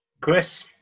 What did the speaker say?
Chris